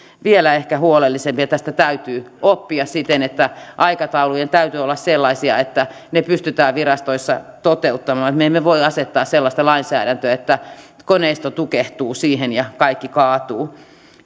vielä huolellisempi tästä täytyy oppia siten että aikataulujen täytyy olla sellaisia että ne pystytään virastoissa toteuttamaan me me emme voi asettaa sellaista lainsäädäntöä että koneisto tukehtuu siihen ja kaikki kaatuu